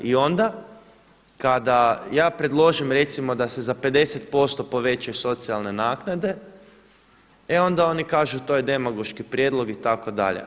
I onda kada ja predložim recimo da se za 50% povećaju socijalne naknade e onda oni kažu to je demagoški prijedlog itd.